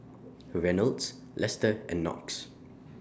Reynolds Lester and Knox